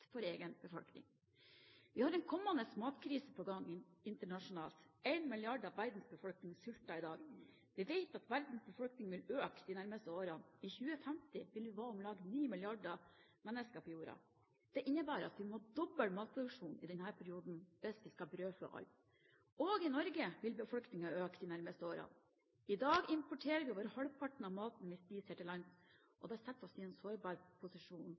for egen befolkning. Vi har en kommende matkrise på gang internasjonalt. Én milliard av verdens befolkning sulter i dag. Vi vet at verdens befolkning vil øke de nærmeste årene. I 2050 vil vi være om lag ni milliarder mennesker på jorden. Det innebærer at vi må doble matproduksjonen i denne perioden hvis vi skal brødfø alle. Også i Norge vil befolkningen øke de nærmeste årene. I dag importerer vi over halvparten av maten vi spiser her til lands, og det setter oss i en sårbar posisjon